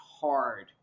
hard